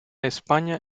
españa